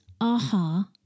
aha